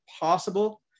possible